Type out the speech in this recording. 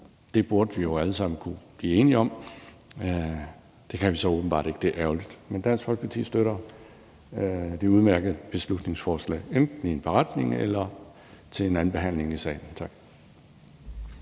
Det burde vi jo alle sammen kunne blive enige om. Det kan vi så åbenbart ikke; det er ærgerligt. Men Dansk Folkeparti støtter det udmærkede beslutningsforslag, enten i en beretning eller til en andenbehandling i salen. Tak.